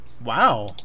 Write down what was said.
wow